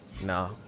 No